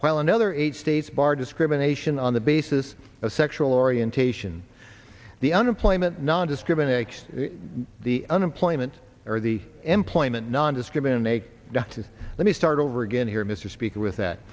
while another eight states barred discrimination on the basis of sexual orientation the unemployment non discriminating the unemployment or the employment nondiscrimination not to let me start over again here mr speaker with that